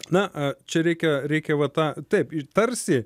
na a čia reikia reikia va tą taip tarsi